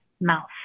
mouth